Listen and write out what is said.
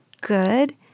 good